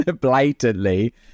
blatantly